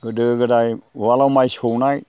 गोदो गोदाय उवालाव माइ सौनाय